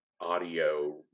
audio